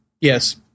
Yes